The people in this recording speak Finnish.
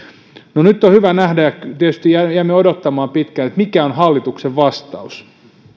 no nyt on hyvä nähdä ja tietysti jäimme odottamaan pitkään mikä on hallituksen vastaus